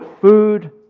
food